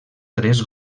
tres